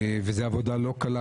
שזו עבודה לא קלה,